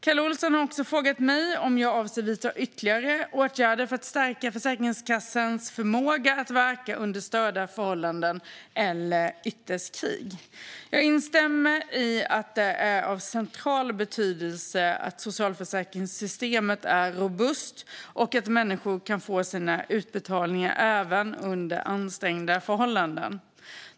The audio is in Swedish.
Kalle Olsson har också frågat mig om jag avser att vidta några ytterligare åtgärder för att stärka Försäkringskassans förmåga att verka under störda förhållanden eller ytterst krig. Jag instämmer i att det är av central betydelse att socialförsäkringssystemet är robust och att människor kan få sina utbetalningar även under ansträngda förhållanden.